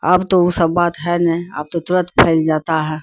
اب تو وہ سب بات ہے نہیں اب تو ترنت پھیل جاتا ہے